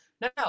no